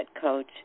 coach